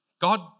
God